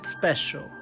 special